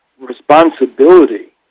responsibility